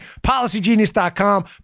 Policygenius.com